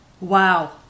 Wow